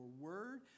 word